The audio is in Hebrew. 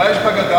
מה יש בגדה?